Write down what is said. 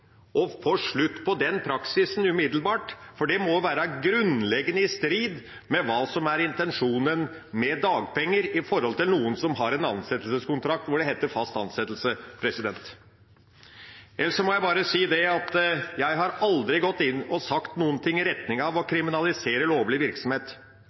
kan få dagpenger når en ikke er i arbeid. Jeg håper at statsråden umiddelbart avklarer om det er lovlig, og får slutt på den praksisen umiddelbart, for det må være grunnleggende i strid med det som er intensjonen med dagpenger i forhold til noen som har en ansettelseskontrakt hvor det heter fast ansettelse. Ellers må jeg bare si at jeg har aldri sagt noe som er i retning av